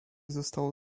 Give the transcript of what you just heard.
zostało